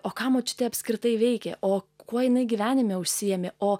o ką močiutė apskritai veikė o kuo jinai gyvenime užsiėmė o